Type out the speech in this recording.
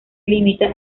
limita